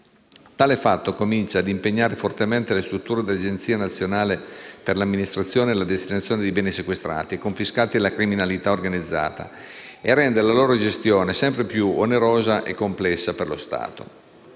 Tale fatto comincia a impegnare fortemente le strutture dell'Agenzia nazionale per l'amministrazione e la destinazione dei beni sequestrati e confiscati alla criminalità organizzata e rende la loro gestione sempre più onerosa e complessa per lo Stato.